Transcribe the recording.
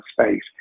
space